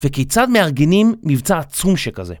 וכיצד מארגנים מבצע עצום שכזה?